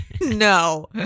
No